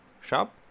Shop